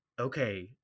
Okay